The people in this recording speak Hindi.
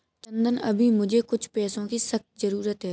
चंदन अभी मुझे कुछ पैसों की सख्त जरूरत है